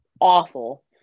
awful